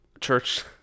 church